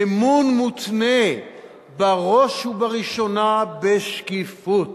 אמון מותנה בראש ובראשונה בשקיפות,